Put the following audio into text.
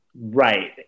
Right